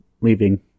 leaving